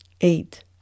eight